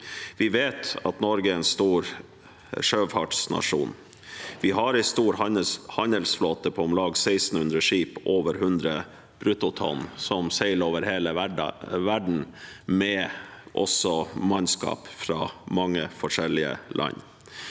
Vi vet at Norge er en stor sjøfartsnasjon. Vi har en stor handelsflåte på om lag 1 600 skip over 100 bruttotonn som seiler over hele verden med mannskap fra mange forskjellige land.